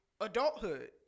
adulthood